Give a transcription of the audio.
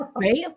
Right